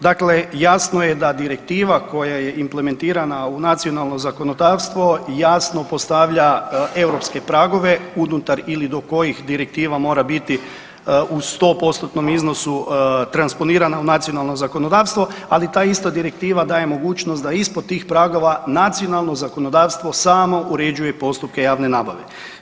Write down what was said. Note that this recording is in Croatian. Dakle, jasno je da direktiva koja je implementirana u nacionalno zakonodavstvo jasno postavlja europske pragove unutar ili do kojih direktiva mora biti u 100%-tnom iznosu transponirana u nacionalno zakonodavstvo, ali ta ista direktiva daje mogućnost da ispod tih pragova nacionalno zakonodavstvo samo uređuje postupke javne nabave.